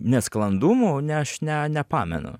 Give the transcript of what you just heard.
nesklandumų ne aš ne nepamenu